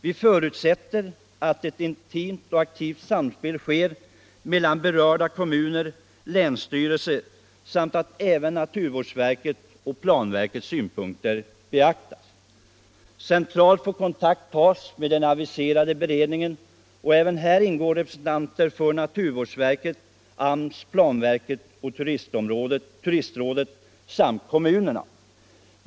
Vi förutsätter ett intimt och aktivt samspel mellan berörda kommuner och länsstyrelse samt att även naturvårdsverkets och planverkets synpunkter beaktas. Centralt får kontakt tas med den aviserade beredningen. Även i den ingår representanter för naturvårdsverket, arbetsmarknadsstyrelsen, planverket och turistrådet samt kommunerna.